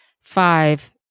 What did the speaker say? five